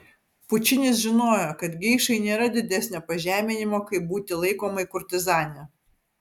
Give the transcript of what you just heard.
pučinis žinojo kad geišai nėra didesnio pažeminimo kaip būti laikomai kurtizane